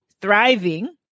thriving